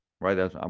right